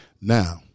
Now